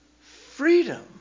freedom